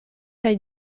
kaj